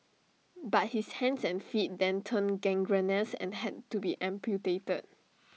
but his hands and feet then turned gangrenous and had to be amputated